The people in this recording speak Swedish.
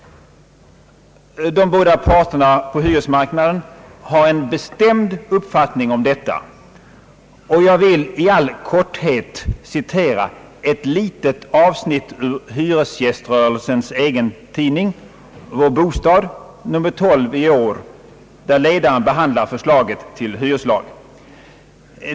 De båda parterna på hyresmarknaden har en bestämd uppfattning om detta, och jag vill i all korthet citera ett litet avsnitt ur hyresgäströrelsens egen tidning »Vår bostad», nr 12 i år, där ledaren behandlar förslaget till hyreslag.